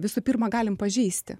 visų pirma galim pažeisti